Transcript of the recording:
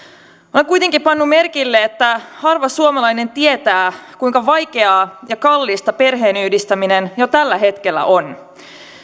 olen kuitenkin pannut merkille että harva suomalainen tietää kuinka vaikeaa ja kallista perheenyhdistäminen jo tällä hetkellä on